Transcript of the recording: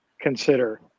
consider